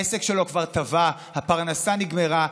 העסק שלו כבר טבע, הפרנסה נגמרה.